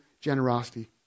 generosity